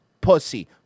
pussy